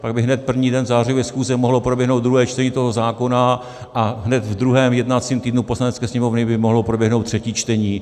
Pak by hned první den zářijové schůze mohlo proběhnout druhé čtení toho zákona a hned v druhém jednacím týdnu Poslanecké sněmovny by mohlo proběhnout třetí čtení.